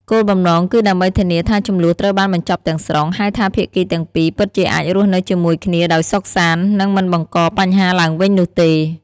គោលបំណងគឺដើម្បីធានាថាជម្លោះត្រូវបានបញ្ចប់ទាំងស្រុង ហើយថាភាគីទាំងពីរពិតជាអាចរស់នៅជាមួយគ្នាដោយសុខសាន្ត និងមិនបង្កបញ្ហាឡើងវិញនោះទេ។